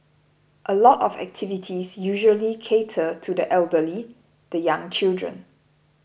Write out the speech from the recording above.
a lot of activities usually cater to the elderly the young children